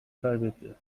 kaybetti